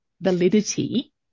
validity